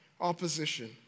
opposition